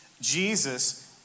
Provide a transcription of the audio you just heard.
Jesus